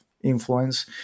Influence